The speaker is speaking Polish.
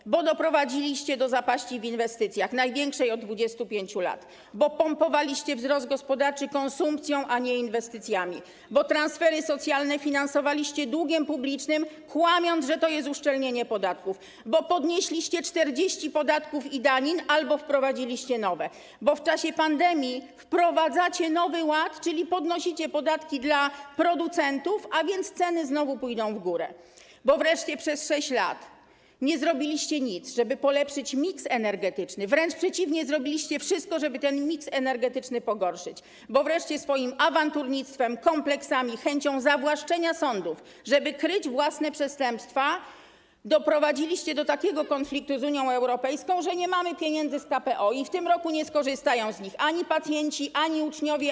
Dlatego, że doprowadziliście do zapaści w inwestycjach największej od 25 lat, pompowaliście wzrost gospodarczy konsumpcją, a nie inwestycjami, finansowaliście transfery socjalne długiem publicznym, kłamiąc, że to jest uszczelnienie podatków, podnieśliście 40 podatków i danin albo wprowadziliście nowe, bo w czasie pandemii wprowadzacie nowy ład, czyli podnosicie podatki dla producentów, a więc ceny znowu pójdą w górę, wreszcie przez 6 lat nie zrobiliście nic, żeby polepszyć miks energetyczny, wręcz przeciwnie zrobiliście wszystko, żeby miks energetyczny pogorszyć, wreszcie swoim awanturnictwem, kompleksami, chęcią zawłaszczenia sądów, żeby kryć własne przestępstwa, doprowadziliście do takiego konfliktu z Unią Europejską, że nie mamy pieniędzy z KPO i w tym roku nie skorzystają z nich ani pacjenci, ani uczniowie.